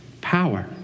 power